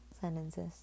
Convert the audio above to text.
sentences